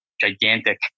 gigantic